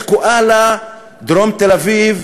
תקועה לה דרום תל-אביב